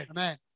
Amen